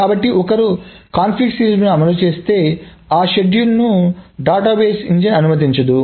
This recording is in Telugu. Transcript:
కాబట్టి ఒకరు కాన్ఫ్లిక్ట్ సీరియలైజేషన్ను అమలు చేస్తే ఆ షెడ్యూల్లను డేటాబేస్ ఇంజిన్ అనుమతించదు